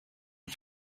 dem